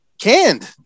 canned